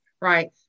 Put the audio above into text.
right